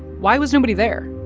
why was nobody there?